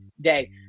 day